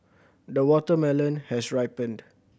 the watermelon has ripened